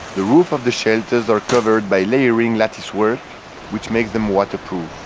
the roof of the shelters are covered by layering lattice work which makes them waterproof.